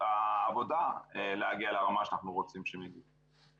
עבודה כדי להגיע לרמה שאנחנו רוצים שהם יגיעו.